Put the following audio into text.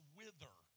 wither